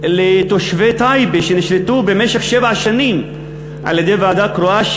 בפני תושבי טייבה שנשלטו במשך שבע שנים על-ידי ועדה קרואה,